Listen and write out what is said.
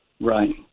Right